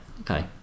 okay